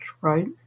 right